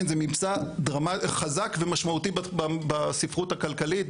זה ממצא חזק ומשמעותי בספרות הכלכלית,